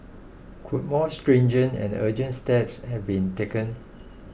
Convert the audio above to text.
could more stringent and urgent steps have been taken